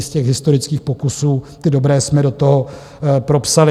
z těch historických pokusů ty dobré jsme do toho propsali.